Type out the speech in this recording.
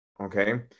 okay